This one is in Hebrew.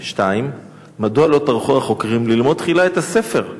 2. מדוע לא טרחו החוקרים ללמוד תחילה את הספר,